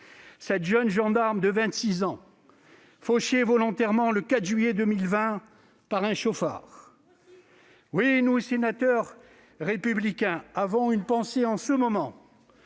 cette jeune gendarme de 26 ans, fauchée volontairement le 4 juillet 2020 par un chauffard. Nous aussi ! Oui, nous, sénateurs Républicains, avons une pensée en ce moment